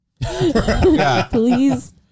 please